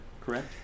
correct